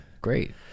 great